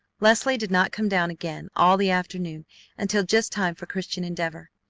leslie did not come down again all the afternoon until just time for christian endeavor.